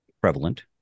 prevalent